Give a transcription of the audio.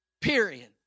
Period